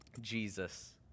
Jesus